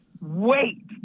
wait